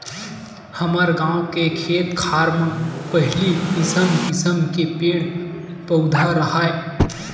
हमर गाँव के खेत खार म पहिली किसम किसम के पेड़ पउधा राहय